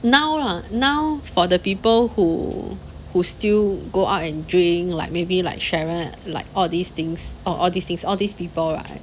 now lah now for the people who who still go out and drink like maybe like sharon like all these things or all these pe~ all these people lah